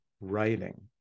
writing